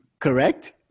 correct